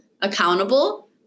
accountable